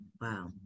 Wow